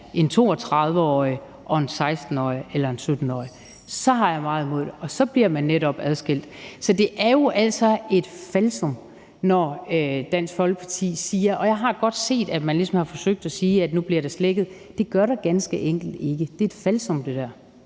en 32-årig og en 16-årig eller en 17-årig – så har jeg meget imod det. Og så bliver man netop adskilt. Så det er jo altså et falsum, når Dansk Folkeparti ligesom har forsøgt at sige – det har jeg godt set – at nu bliver der slækket. Det gør der ganske enkelt ikke; det der er et falsum. Kl.